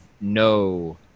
no